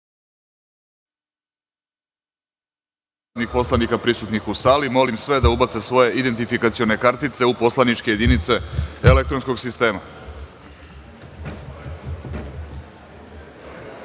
poslanika prisutnih u sali, molim narodne poslanike da ubace svoje identifikacione kartice u poslaničke jedinice elektronskog sistema